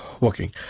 working